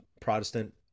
Protestant